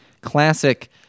Classic